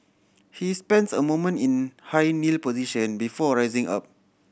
he spends a moment in high kneel position before rising up